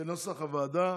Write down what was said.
כנוסח הוועדה,